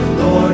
Lord